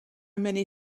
many